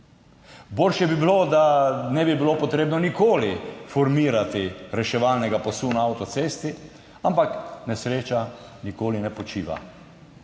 Boljše bi bilo, da ne bi bilo treba nikoli formirati reševalnega pasu na avtocesti, ampak nesreča nikoli ne počiva.